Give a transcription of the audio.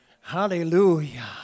Hallelujah